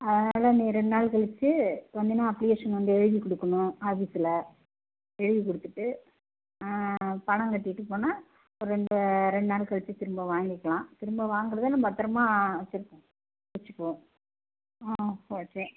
அதனால் நீ ரெண்டு நாள் கழித்து வந்தன்னா வந்து அப்ளிகேஷன் வந்து எழுதி கொடுக்கணும் ஆஃபீஸில் எழுதி கொடுத்துட்டு பணம் கட்டிவிட்டு போனால் ஒரு ரெண்டு ரெண்டு நாள் கழித்து திரும்ப வாங்கிக்கலாம் திரும்ப வாங்கிறதே பத்திரமா வச்சுக்கோ ஆ சரி சரி